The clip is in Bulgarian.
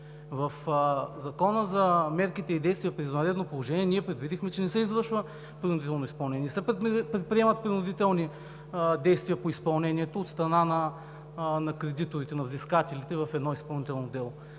В Закона за мерките и действията при извънредно положение ние предвидихме, че не се извършва принудително изпълнение, не се предприемат принудителни действия по изпълнението от страна на кредиторите, на взискателите в едно изпълнително дело.